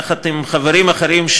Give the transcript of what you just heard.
יחד עם חברים אחרים,